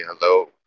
hello